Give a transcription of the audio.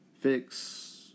fix